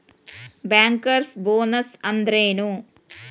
Bankers bonus ಅಂದ್ರೇನು?